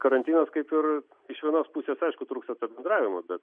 karantinas kaip ir iš vienos pusės aišku trūksta bendravimo bet